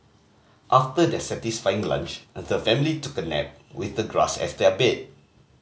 after their satisfying lunch the family took a nap with the grass as their bed